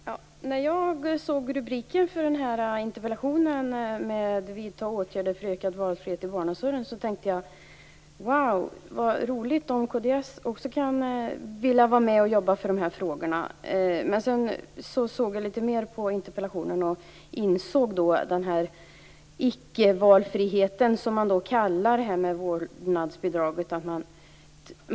Fru talman! När jag såg rubriken på interpellationen, Valfrihet i barnomsorgen, tänkte jag: Vad roligt om kd också vill vara med och jobba för de här frågorna! Men sedan tittade jag närmare på interpellationen och insåg att det handlade om den icke-valfrihet som man kallar vårdnadsbidrag.